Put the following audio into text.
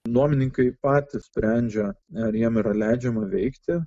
nuomininkai patys sprendžia ar jiem yra leidžiama veikti